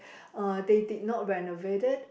uh they did not renovated